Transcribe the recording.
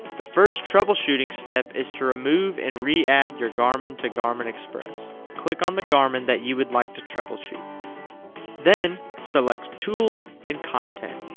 the first troubleshooting step is to remove and re-add your garmin to garmin express click on the garmin that you would like to troubleshoot then, select tools and content